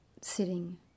sitting